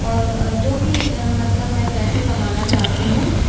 और जो भी मतलब मैं पैसे कमाना चाहती हूँ